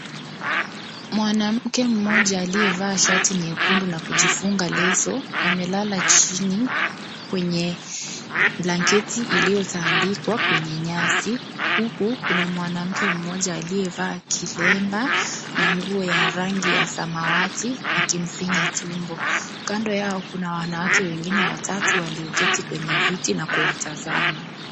Mwanamke mmoja aliyevaa shati nyekundu na kujifunga leso, amelala chini, kwenye blanketi iliyotaandikwa kwenye nyasi, huku kuna mwanamke mmoja aliyevaa kilemba na nguo ya rangi ya samawati akimfinya tumbo. Kando yao kuna wanawake wengine watatu walioketi kwenye viti na kuwatazama.